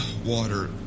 Water